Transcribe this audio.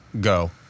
go